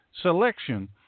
selection